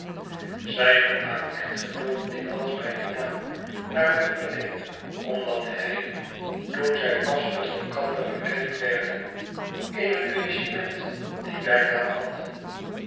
zij noemt haar echtgenoot dikwijls bij dien naam naar men verneemt omdat hij toen zij pas met elkander bekend werden in het regiment dien bijnaam had